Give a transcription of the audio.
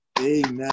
Amen